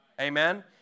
Amen